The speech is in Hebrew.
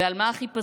ועל מה החיפזון?